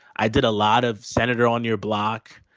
i did a lot of senator on your block.